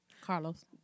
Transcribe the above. Carlos